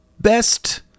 best